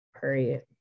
Period